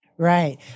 Right